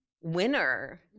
winner